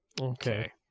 okay